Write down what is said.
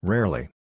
Rarely